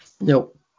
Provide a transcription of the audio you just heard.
Nope